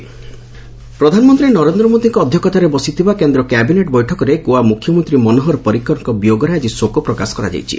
cabinet Parrikar ପ୍ରଧାନମନ୍ତ୍ରୀ ନରେନ୍ଦ୍ର ମୋଦିଙ୍କ ଅଧ୍ୟକ୍ଷତାରେ ବସିଥିବା କେନ୍ଦ୍ର କ୍ୟାବିବେଟ୍ ବୈଠକରେ ଗୋଆ ମୁଖ୍ୟମନ୍ତ୍ରୀ ମନୋହର ପରିକରଙ୍କ ବିୟୋଗରେ ଆଜି ଶୋକପ୍ରକାଶ କରାଯାଇଛି